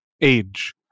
Age